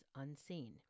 unseen